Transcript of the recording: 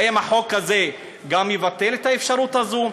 האם החוק הזה גם יבטל את האפשרות הזו?